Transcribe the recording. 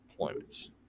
deployments